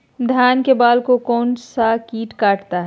धान के बाल को कौन सा किट काटता है?